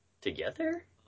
together